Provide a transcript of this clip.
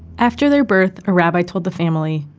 after their birth a rabbi told the family,